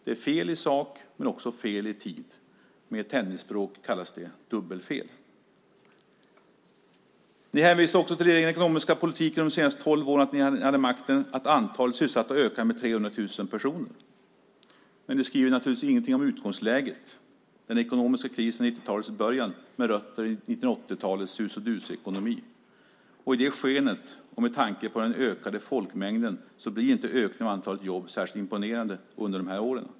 Det är fel i sak men också fel i tid. På tennisspråk kallas det dubbelfel. Ni hänvisar också till er egen ekonomiska politik under de senaste tolv åren då ni hade makten och säger att antalet sysselsatta ökade med 300 000 personer. Men ni skriver naturligtvis ingenting om utgångsläget, om den ekonomiska krisen under 1990-talets början med rötter i 1980-talets sus-och-dus-ekonomi. I det skenet, och med tanke på den ökade folkmängden, blir inte ökningen av antalet jobb under dessa år särskilt imponerande.